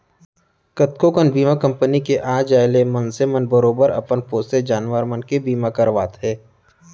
कतको कन बीमा कंपनी के आ जाय ले मनसे मन बरोबर अपन पोसे जानवर मन के बीमा करवाथें